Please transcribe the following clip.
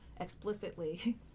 explicitly